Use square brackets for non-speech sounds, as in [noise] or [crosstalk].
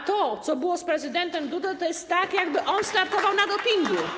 A to, co było z prezydentem Dudą, [applause] to jest tak, jakby on startował na dopingu.